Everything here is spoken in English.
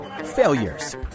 failures